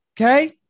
Okay